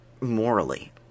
morally